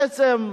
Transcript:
בעצם,